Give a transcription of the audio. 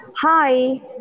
hi